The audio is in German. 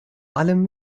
allem